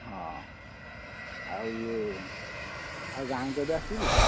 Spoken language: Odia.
ହଁ ଆଉ ଇଏ ଆଉ ଗାଁକୁ କେବେ ଆସିବୁ